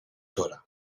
dra